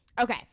Okay